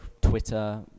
Twitter